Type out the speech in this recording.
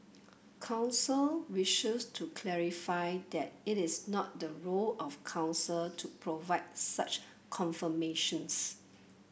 council wishes to clarify that it is not the role of Council to provide such confirmations